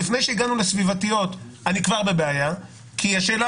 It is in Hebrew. לפני שהגענו להשפעות סביבתיות אני כבר בבעיה כי השאלה